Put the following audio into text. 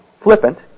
flippant